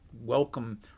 welcome